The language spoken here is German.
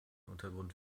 untergrund